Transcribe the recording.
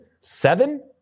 Seven